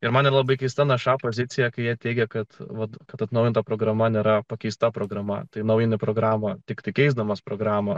ir man labai keista nes šią poziciją kai jie teigia kad vat kad atnaujinta programa nėra pakeista programa tai naują programą tiktai keisdamas programų